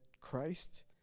Christ